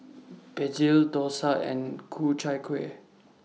Begedil Dosa and Ku Chai Kuih